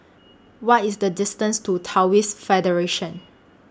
What IS The distance to Taoist Federation